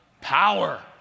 power